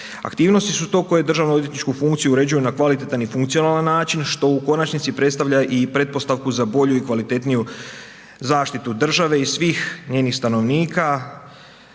Aktivnosti su to koje državno-odvjetničku funkciju uređuju na kvalitetan i funkcionalan način što u konačnici i predstavlja i pretpostavku za bolju i kvalitetniju zaštitu države i svih njenih stanovnika